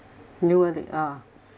new one ah